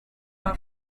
are